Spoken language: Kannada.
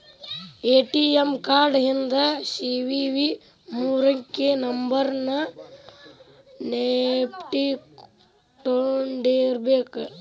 ಎ.ಟಿ.ಎಂ ಕಾರ್ಡ್ ಹಿಂದ್ ಸಿ.ವಿ.ವಿ ಮೂರಂಕಿ ನಂಬರ್ನ ನೆನ್ಪಿಟ್ಕೊಂಡಿರ್ಬೇಕು